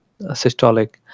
systolic